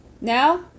now